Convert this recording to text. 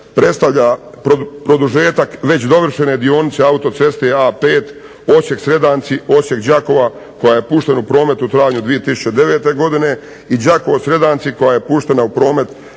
predstavlja produžetak već dovršene dionice autoceste A5 Osijek-Sredanci-Osijek-Đakovo koja je puštena u promet u travnju 2009. godine i Đakovo-Sredanci koja je puštena u promet